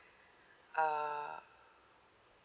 uh